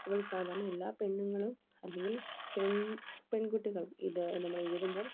ഇവൾ സാധാരണ എല്ലാ പെണ്ണുങ്ങളും അല്ലെങ്കിൽ പെൺ പെൺകുട്ടികൾ ഇത് നമ്മൾ എഴുതുമ്പോൾ